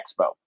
Expo